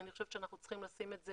ואני חושבת שאנחנו צריכים לשים את זה